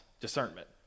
discernment